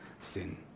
sin